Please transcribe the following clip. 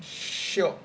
shiok